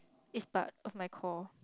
is part of my core